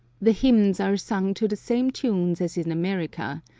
the hymns are sung to the same tunes as in america,